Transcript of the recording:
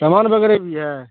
سامان وغیرہ بھی ہے